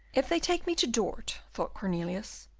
if they take me to dort, thought cornelius,